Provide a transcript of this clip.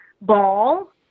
ball